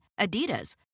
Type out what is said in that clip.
Adidas